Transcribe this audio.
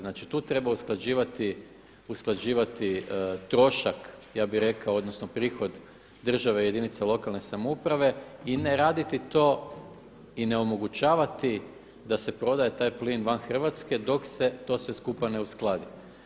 Znači tu treba usklađivati trošak, ja bih rekao prihod države jedinica lokalne samouprave i ne raditi to i ne omogućavati da se prodaje taj plin van Hrvatske dok se to sve skupa ne uskladi.